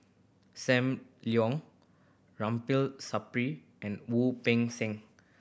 Sam Leong Ramli Sarip and Wu Peng Seng